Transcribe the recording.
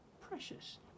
Precious